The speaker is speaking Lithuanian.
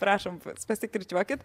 prašom pasikirčiuokit